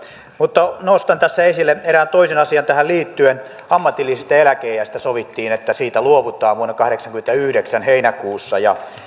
mutta nostan tässä esille erään toisen asian tähän liittyen ammatillisesta eläkeiästä sovittiin että siitä luovutaan vuonna kahdeksankymmentäyhdeksän heinäkuussa ja